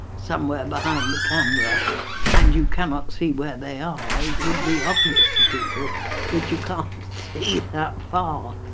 somewhere behind the camera and you cannot see where they are it would be obvious to people that you can't see that far.